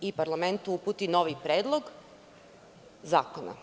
i parlamentu uputi novi predlog zakona.